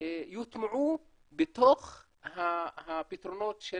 יוטמעו בתוך הפתרונות של